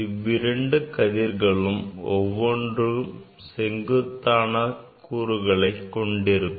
இவ்விரண்டு கதிர்களும் ஒன்றுக்கொன்று செங்குத்தான கூறுகளை கொண்டிருக்கும்